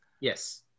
Yes